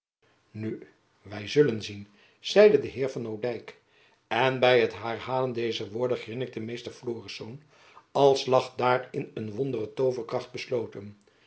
nu wy zullen zien zeide de heer van odijk en by het herhalen dezer woorden grinnikte meester florisz als lag daarin een wondere tooverkracht besloten